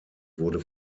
wurde